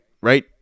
right